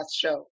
show